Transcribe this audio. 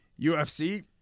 UFC